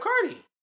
Cardi